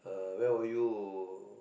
uh where were you